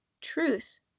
truth